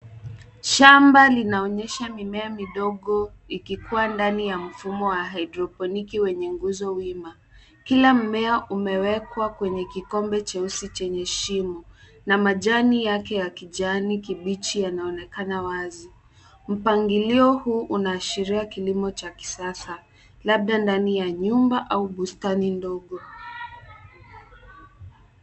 Shamba linaonyesha mimea midogo ikikuwa ndani ya mfumo wa hydroponiki wenye nguzo wima. Kila mmea umewekwa kwenye kikombe cheusi chenye shimo na majani yake ya kijani kibichi yanaonekana wazi. Mpangilio huu unaashiria kilimo cha kisasa labda ndani ya nyumba au bustani ndogo.